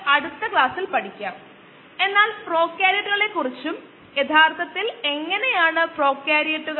അടുത്തതായി കണ്ടുമുട്ടുമ്പോൾ നിയുക്തമാക്കിയ പ്രശ്നം ഞാൻ പരിഹരിക്കും